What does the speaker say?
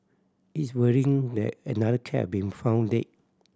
it's worrying that another cat been found dead